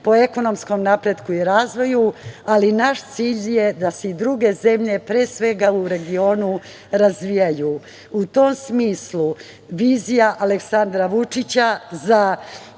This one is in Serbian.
po ekonomskom napretku i razvoju, ali naš cilj je da se i druge zemlje pre svega u regionu razvijaju.U tom smislu vizija Aleksandra Vučića za